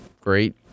great